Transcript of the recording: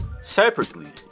separately